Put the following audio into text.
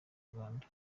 rwanda